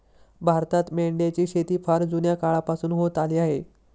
भारतात मेंढ्यांची शेती फार जुन्या काळापासून होत आली आहे